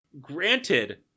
Granted